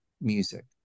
music